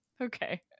Okay